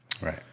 Right